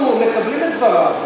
אנחנו מקבלים את דבריו,